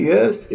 Yes